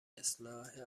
اصلاح